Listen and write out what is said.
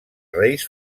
reis